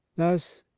thus,